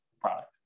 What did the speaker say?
product